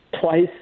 Twice